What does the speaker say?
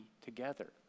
together